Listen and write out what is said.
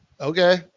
Okay